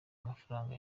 mafaranga